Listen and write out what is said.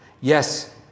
Yes